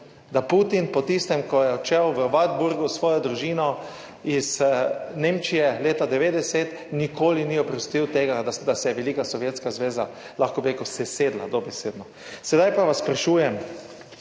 da Putin po tistem, ko je odšel v Watrburgu(?) s svojo družino iz Nemčije leta 90. devetdeset, nikoli ni oprostil tega, da se je velika Sovjetska zveza, lahko bi rekel, sesedla dobesedno. Sedaj pa vas sprašujem,